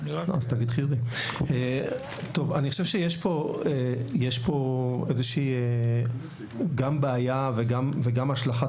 אני חושב שיש כאן גם איזושהי בעיה וגם השלכת